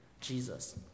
Jesus